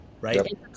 right